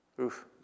Oof